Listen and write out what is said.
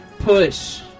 push